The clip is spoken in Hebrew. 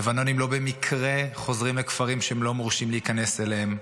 לבנונים לא במקרה חוזרים לכפרים שהם לא מורשים להיכנס אליהם.